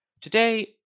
Today